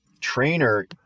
trainer